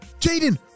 Jaden